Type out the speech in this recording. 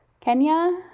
Kenya